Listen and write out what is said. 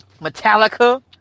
Metallica